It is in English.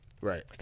Right